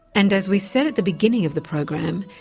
and as we said at the beginning of the program,